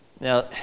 Now